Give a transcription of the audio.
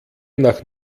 nach